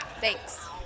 Thanks